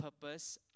purpose